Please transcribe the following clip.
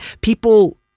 people